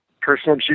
personal